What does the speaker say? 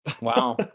Wow